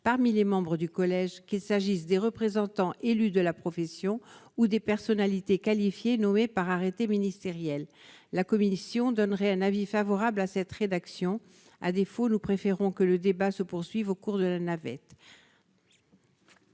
parmi les membres du collège, qu'il s'agisse des représentants élus de la profession ou des personnalités qualifiées nommées par arrêté ministériel, la commission donnerait un avis favorable à cette rédaction, à défaut, nous préférons que le débat se poursuive au cours de la navette.